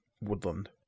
woodland